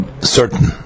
certain